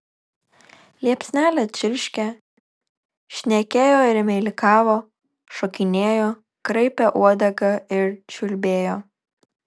liepsnelė čirškė šnekėjo ir meilikavo šokinėjo kraipė uodegą ir čiulbėjo